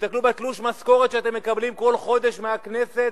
תסתכלו בתלוש המשכורת שאתם מקבלים כל חודש מהכנסת,